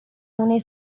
unei